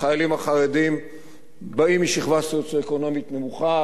החיילים החרדים באים משכבה סוציו-אקונומית נמוכה,